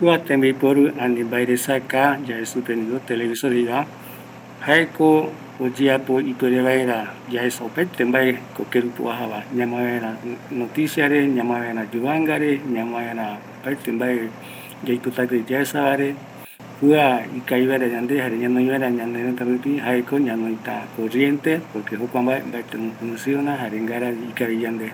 Kua tembiporu, ani mbaresaka, televisor jei supeva, jaeko oyeapo ipuere vaera yaesa opaete mbae kerupi oeja va, ñamae vaera noticiare, ñamae vaera yuvangare, ñamaevaera opaete yaipota yaesavare, kua ikavi vaera yande, ñanoi vaera ñanereta rupi jaeko ñanoita corriente, jokua mbae ngravi ikavi yandeve